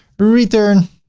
return